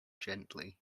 gently